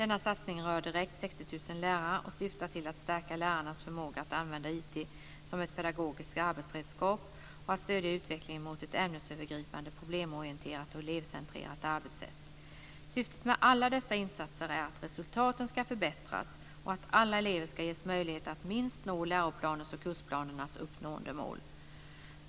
Denna satsning rör direkt 60 000 lärare och syftar till att stärka lärarnas förmåga att använda IT som ett pedagogiskt arbetsredskap och att stödja utvecklingen mot ett ämnesövergripande, problemorienterat och elevcentrerat arbetssätt. Syftet med alla dessa insatser är att resultaten ska förbättras och att alla elever ska ges möjlighet att minst nå läroplanens och kursplanernas uppnåendemål.